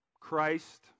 Christ